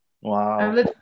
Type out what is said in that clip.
wow